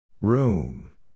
Room